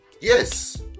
yes